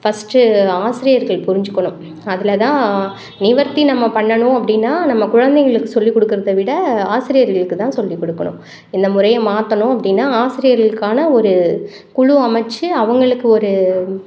first ஆசிரியர்கள் புரிஞ்சுக்கணும் அதில் தான் நிவர்த்தி நம்ம பண்ணணும் அப்படினா நம்ம குழந்தைங்களுக்கு சொல்லி கொடுக்குறத விட ஆசிரியர்களுக்கு தான் சொல்லி கொடுக்கணும் இந்த முறையை மாற்றணும் அப்படினா ஆசிரியர்களுக்கான ஒரு குழு அமைத்து அவங்களுக்கு ஒரு